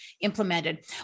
implemented